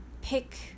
pick